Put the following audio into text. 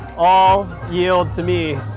all yield to me,